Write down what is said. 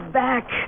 back